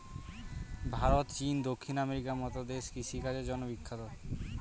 ভারত, চীন, দক্ষিণ আমেরিকার মতো দেশ কৃষিকাজের জন্য বিখ্যাত